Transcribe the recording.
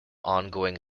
ongoing